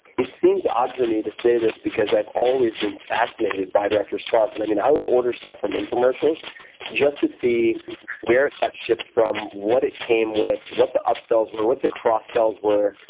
it seems odd for me to say this because i've always been fascinated by direct-response, and i mean i would order stuff from infomercials just to see where it got shipped from, what it came with, what the up sells were, what the cross-sells were,